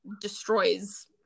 destroys